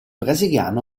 brasiliano